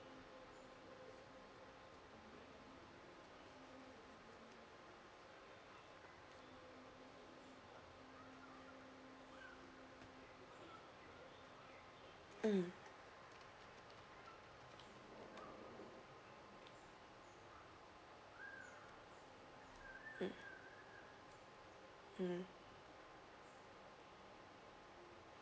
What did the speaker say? mm mm mm